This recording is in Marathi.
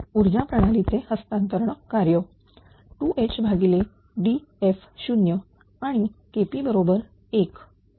2HDf0 आणि KP बरोबर 1